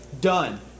done